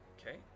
Okay